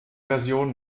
version